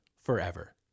forever